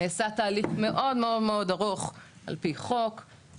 נעשה תהליך מאוד מאוד מאוד ארוך על פי חוק,